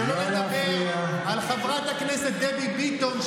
שלא לדבר על חברת הכנסת דבי ביטון,